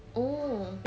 oh